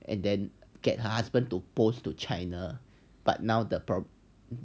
and then get her husband to post to china but now the prob~